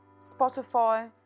Spotify